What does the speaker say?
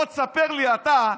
בוא תספר לי, אתה,